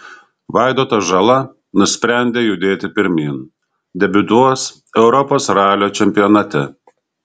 vaidotas žala nusprendė judėti pirmyn debiutuos europos ralio čempionate